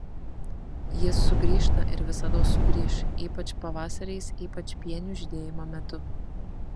jis sugrįžta ir visados sugrįš ypač pavasariais ypač pienių žydėjimo metu